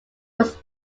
was